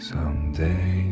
Someday